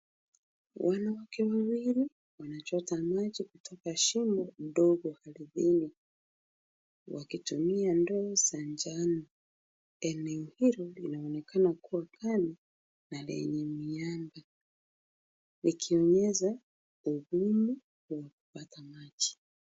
Wanawake wawili wanachota maji kutoka shimo ndogo ardhini wakitumia ndoo za njano. Eneo hili linaonekana kuwa kali na lenye miamba likiongeza ugumu wa kupata maji.